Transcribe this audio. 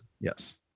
Yes